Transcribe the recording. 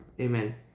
Amen